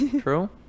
True